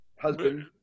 husband